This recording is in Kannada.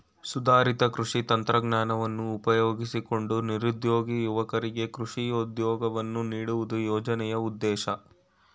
ಸುಧಾರಿತ ಕೃಷಿ ತಂತ್ರಜ್ಞಾನವನ್ನು ಉಪಯೋಗಿಸಿಕೊಂಡು ನಿರುದ್ಯೋಗಿ ಯುವಕರಿಗೆ ಕೃಷಿ ಉದ್ಯೋಗವನ್ನು ನೀಡುವುದು ಯೋಜನೆಯ ಉದ್ದೇಶ